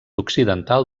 occidental